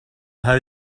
how